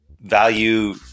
value